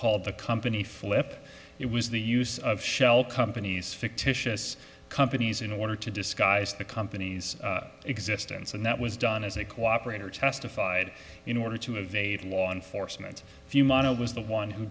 called the company flip it was the use of shell companies fictitious companies in order to disguise the company's existence and that was done as a cooperator testified in order to evade law enforcement if you model was the one who